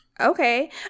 Okay